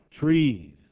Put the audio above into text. trees